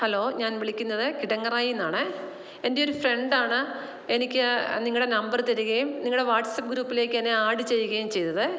hello ഞാൻ വിളിക്കുന്നത് കിടങ്ങറയിൽ നിന്നാണെ എന്റെ ഒരു ഫ്രണ്ട് ആണ് എനിക്ക് നിങ്ങളുടെ നമ്പർ തരികയും നിങ്ങളുടെ വാട്സ്ആപ്പ് ഗ്രൂപ്പിലേക്ക് എന്നെ ആഡ് ചെയ്യുകയും ചെയ്തത്